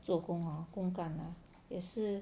做工 orh 工干那也是